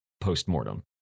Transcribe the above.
post-mortem